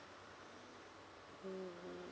mm